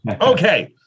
Okay